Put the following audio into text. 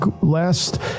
last